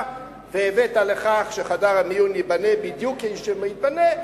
והבאת לכך שחדר המיון ייבנה בדיוק כפי שייבנה,